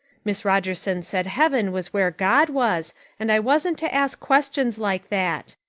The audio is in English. miss rogerson said heaven was where god was and i wasn't to ask questions like that.